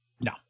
no